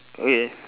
okay